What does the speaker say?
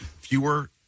fewer